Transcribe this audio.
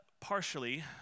partially